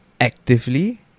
actively